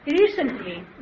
Recently